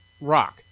rock